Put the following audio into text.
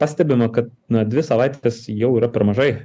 pastebima kad na dvi savaites tas jau yra per mažai